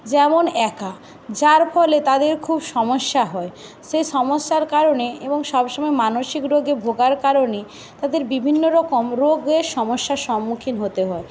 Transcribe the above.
যেমন একা যার ফলে তাদের খুব সমস্যা হয় সে সমস্যার কারণে এবং সবসময় মানসিক রোগে ভোগার কারণে তাদের বিভিন্ন রকম রোগের সমস্যার সম্মুখীন হতে হয়